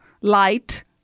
light